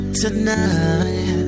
tonight